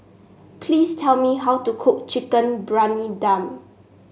please tell me how to cook Chicken Briyani Dum